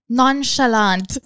nonchalant